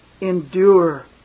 endure